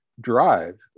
drive